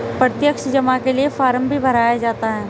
प्रत्यक्ष जमा के लिये फ़ार्म भी भराया जाता है